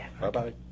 Bye-bye